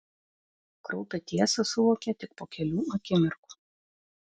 kraupią tiesą suvokė tik po kelių akimirkų